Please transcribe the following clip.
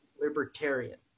libertarian